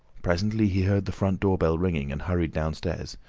presently he heard the front-door bell ringing, and hurried downstairs.